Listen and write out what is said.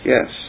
Yes